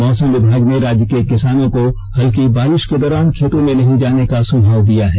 मौसम विभाग ने राज्य के किसानों को हल्की बारिष के दौरान खेतों में नहीं जाने का सुझाव दिया है